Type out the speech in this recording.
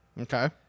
Okay